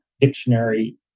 dictionary